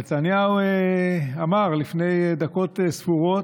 נתניהו אמר לפני דקות ספורות: